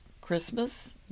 Christmas